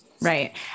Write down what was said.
Right